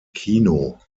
kino